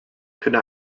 could